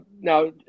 now